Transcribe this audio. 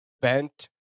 bent